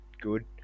good